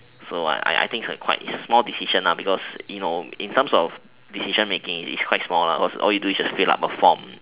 so I I think it's quite a small decision lah because you know in terms of decision making it's quite small lah cause all you do is fill up a form